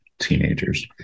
teenagers